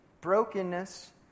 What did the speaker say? brokenness